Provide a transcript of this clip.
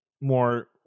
more